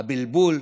הבלבול,